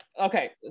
okay